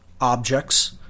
objects